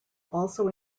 also